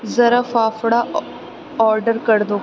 ذرا فافڑا آرڈر کر دو